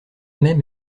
même